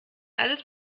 alles